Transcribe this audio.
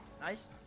Nice